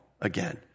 again